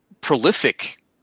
prolific